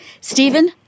Stephen